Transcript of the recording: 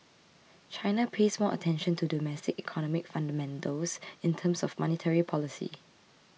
China pays more attention to domestic economic fundamentals in terms of monetary policy